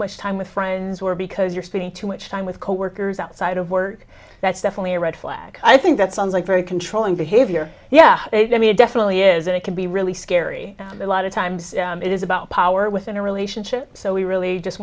much time with friends or because you're spending too much time with coworkers outside of work that's definitely a red flag i think that sounds like very controlling behavior yeah i mean it definitely is it can be really scary and a lot of times it is about power within a relationship so we really just